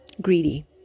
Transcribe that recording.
greedy